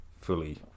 fully